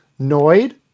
Noid